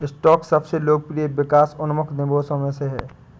stock सबसे लोकप्रिय विकास उन्मुख निवेशों में से है